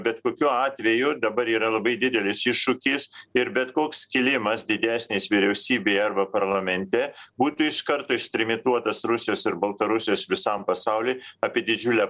bet kokiu atveju dabar yra labai didelis iššūkis ir bet koks skilimas didesnis vyriausybėje arba parlamente būtų iš karto ištrimituotas rusijos ir baltarusijos visam pasauliui apie didžiulę